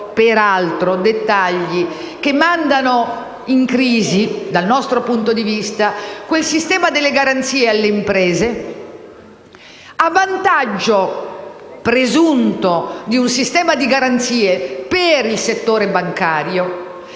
peraltro mandano in crisi, dal nostro punto di vista, quel sistema delle garanzie alle imprese a presunto vantaggio di un sistema di garanzie per il settore bancario